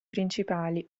principali